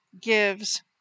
gives